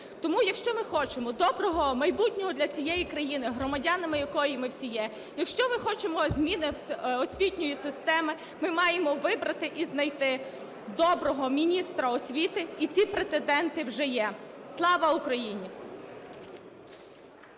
Тому якщо ми хочемо доброго майбутнього для цієї країни, громадянами якої ми всі є, якщо ми хочемо зміни освітньої системи, ми маємо вибрати і знайти доброго міністра освіти, і ці претенденти вже є. Слава Україні!